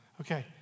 Okay